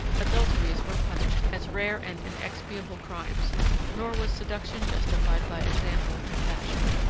adulteries were punished as rare and inexpiable crimes nor was seduction justified by example and fashion.